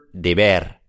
deber